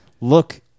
look